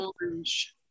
orange